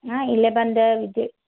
ಹಾಂ ಇಲ್ಲೇ ಬಂದು ವಿಜಿ